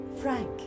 Frank